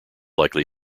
likely